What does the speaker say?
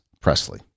Presley